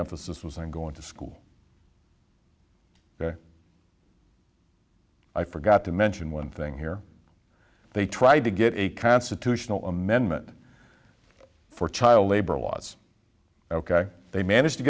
emphasis was on going to school there i forgot to mention one thing here they tried to get a constitutional amendment for child labor laws ok they managed to